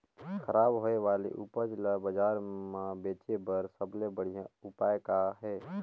खराब होए वाले उपज ल बाजार म बेचे बर सबले बढ़िया उपाय का हे?